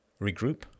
Regroup